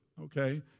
okay